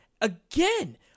Again